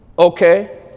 Okay